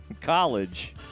college